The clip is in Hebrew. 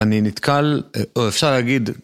אני נתקל, או אפשר להגיד...